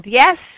yes